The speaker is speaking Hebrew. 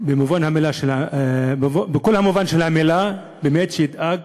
במלוא מובן המילה, שבאמת ידאג